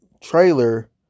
trailer